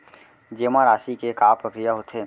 जेमा राशि के का प्रक्रिया होथे?